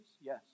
yes